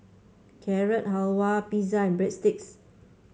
Carrot Halwa Pizza and Breadsticks